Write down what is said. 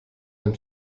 ein